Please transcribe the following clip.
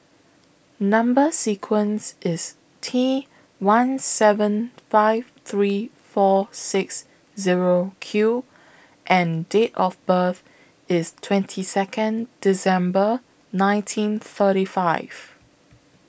Number sequence IS T one seven five three four six Zero Q and Date of birth IS twenty Second December nineteen thirty five